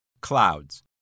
Clouds